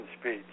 speech